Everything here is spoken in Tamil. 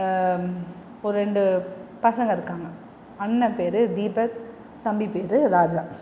ஒரு ரெண்டு பசங்க இருக்காங்க அண்ணன் பேர் தீபக் தம்பி பேர் ராஜா